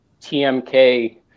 TMK